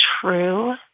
true